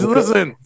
Listen